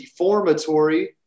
deformatory